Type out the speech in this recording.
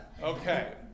Okay